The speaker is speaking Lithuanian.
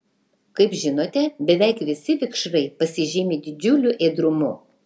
kaip žinote beveik visi vikšrai pasižymi didžiuliu ėdrumu